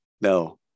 No